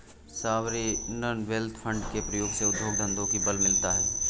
sovereign wealth fund के प्रयोग से उद्योग धंधों को बल मिलता है